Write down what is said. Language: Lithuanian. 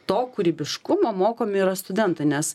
to kūrybiškumo mokomi yra studentai nes